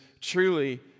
truly